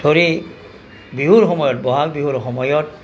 ধৰি বিহুৰ সময়ত ব'হাগ বিহুৰ সময়ত